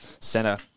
center